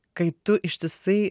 kai tu ištisai